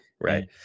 Right